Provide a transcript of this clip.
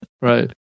Right